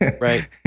Right